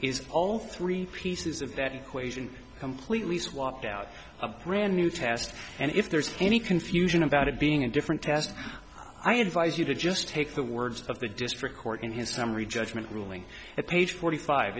is all three pieces of that equation completely swapped out of brand new test and if there's any confusion about it being a different test i advise you to just take the words of the district court in his summary judgment ruling at page forty five